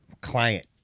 client